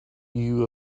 you